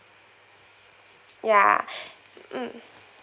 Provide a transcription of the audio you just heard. ya mm